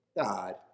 God